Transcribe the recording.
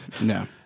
no